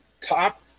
top